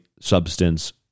substance